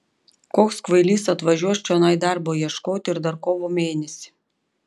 koks kvailys atvažiuos čionai darbo ieškoti ir dar kovo mėnesį